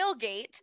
tailgate